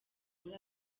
muri